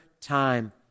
time